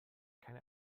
keine